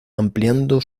ampliando